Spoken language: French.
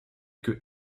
que